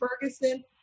Ferguson